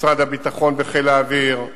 משרד הביטחון וחיל האוויר,